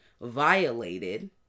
violated